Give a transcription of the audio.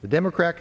the democrat